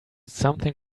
something